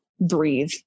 breathe